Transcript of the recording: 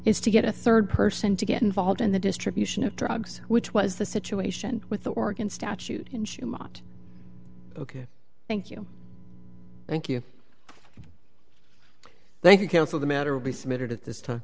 is to get a rd person to get involved in the distribution of drugs which was the situation with the organ statute ok thank you thank you thank you counsel the matter will be submitted at this time